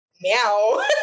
Meow